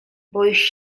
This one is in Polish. boisz